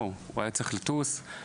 היה צריך לטוס.